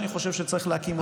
שאני חושב שצריך להקים אותו.